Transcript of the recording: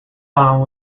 bomb